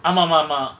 ஆமா மாமா:aama mama